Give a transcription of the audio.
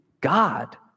God